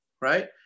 right